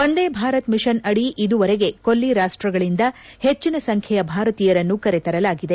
Vande Bharat mission ಅಡಿ ಇದುವರೆಗೆ ಕೊಲ್ಲಿ ರಾಷ್ಷಗಳಂದ ಹೆಚ್ಚಿನ ಸಂಖ್ಲೆಯ ಭಾರತೀಯರನ್ನು ಕರೆತರಲಾಗಿದೆ